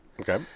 Okay